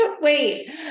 Wait